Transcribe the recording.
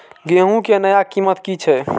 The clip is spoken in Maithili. गेहूं के नया कीमत की छे?